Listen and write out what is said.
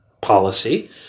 policy